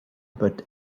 but